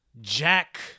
Jack